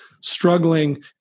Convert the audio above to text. struggling